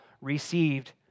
received